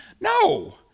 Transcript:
No